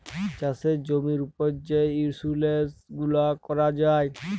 চাষের জমির উপর যে ইলসুরেলস গুলা ক্যরা যায়